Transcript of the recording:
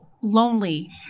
lonely